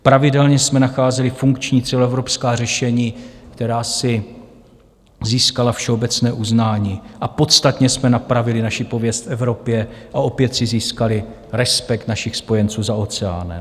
Pravidelně jsme nacházeli funkční celoevropská řešení, která si získala všeobecné uznání, a podstatně jsme napravili naši pověst v Evropě a opět si získali respekt našich spojenců za oceánem.